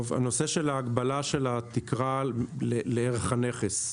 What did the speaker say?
טוב, הנושא של ההגבלה של התקרה לערך הנכס.